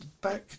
back